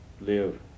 live